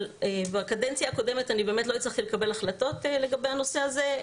אבל בקדנציה הקודמת לא הצלחתי לקבל החלטות לגבי הנושא הזה.